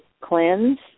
cleanse